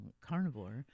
carnivore